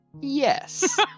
Yes